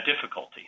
difficulty